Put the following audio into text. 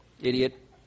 Idiot